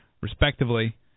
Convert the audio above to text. respectively